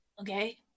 Okay